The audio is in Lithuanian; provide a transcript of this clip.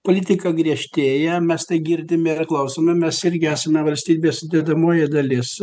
politika griežtėja mes tai girdime ir klausome mes irgi esame valstybės sudedamoji dalis